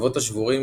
והקצוות השבורים